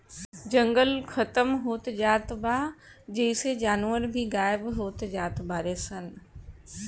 जंगल खतम होत जात बा जेइसे जानवर भी गायब होत जात बाडे सन